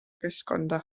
keskkonda